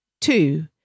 two